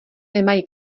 nemají